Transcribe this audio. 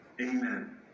Amen